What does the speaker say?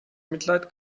mitleid